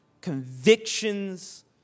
convictions